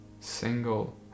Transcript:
single